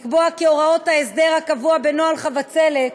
לקבוע כי הוראות ההסדר הקבוע בנוהל "חבצלת"